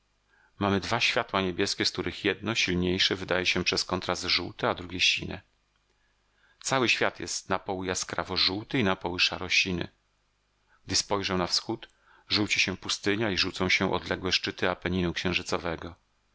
mamy dwa światła niebieskie z których jedno silniejsze wydaje się przez kontrast żółte a drugie sine cały świat jest napoły jaskrawo żółty i napoły szaro siny gdy spojrzę na wschód żółci się pustynia i żółcą się odległe szczyty apeninu księżycowego od